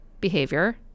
behavior